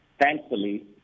thankfully